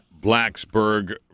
Blacksburg